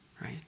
right